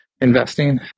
investing